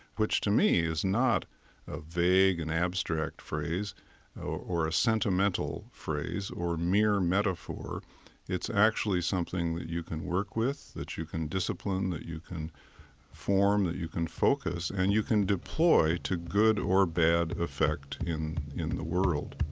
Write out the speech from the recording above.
which to me is not a vague and abstract phrase or a sentimental phrase or mere metaphor it's actually something that you can work with, that you can discipline, that you can form, that you can focus, and you can deploy to good or bad effect in in the world